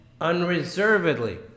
unreservedly